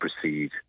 proceed